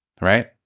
right